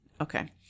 Okay